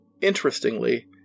Interestingly